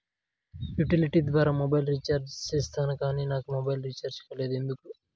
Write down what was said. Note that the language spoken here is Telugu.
యుటిలిటీ ద్వారా మొబైల్ రీచార్జి సేసాను కానీ నా మొబైల్ రీచార్జి కాలేదు ఎందుకు?